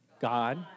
God